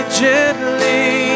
gently